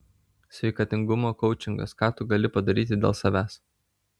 sveikatingumo koučingas ką tu gali padaryti dėl savęs